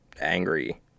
angry